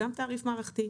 גם תעריף מערכתי,